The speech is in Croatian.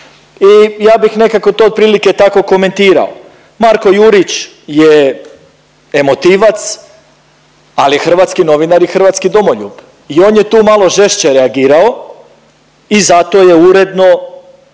i ja bih nekako to otprilike tako komentirao. Marko Jurić je emotivac, ali je hrvatski novinar i hrvatski domoljub i on je tu malo žešće reagirao i zato je uredno